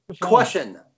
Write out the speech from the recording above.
Question